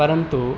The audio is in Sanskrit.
परन्तु